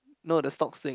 no the stocks thing